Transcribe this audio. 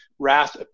Wrath